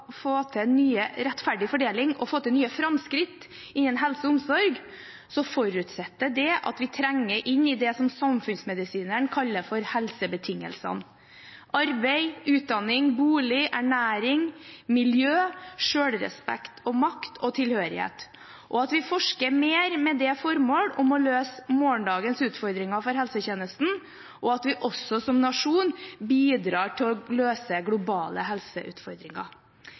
få til ny rettferdig fordeling og få til nye framskritt innen helse og omsorg, forutsetter det at vi trenger inn i det som samfunnsmedisineren kaller for helsebetingelsene: arbeid, utdanning, bolig, ernæring, miljø, selvrespekt, makt og tilhørighet, at vi forsker mer med det formål å løse morgendagens utfordringer for helsetjenesten, og at vi også som nasjon bidrar til å løse globale helseutfordringer.